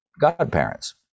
godparents